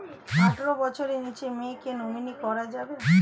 আঠারো বছরের নিচে মেয়েকে কী নমিনি করা যাবে?